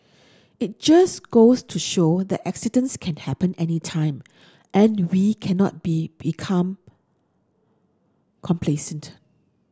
it just goes to show that accidents can happen anytime and we cannot be become complacent